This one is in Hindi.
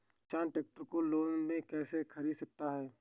किसान ट्रैक्टर को लोन में कैसे ख़रीद सकता है?